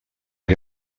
que